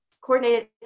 coordinated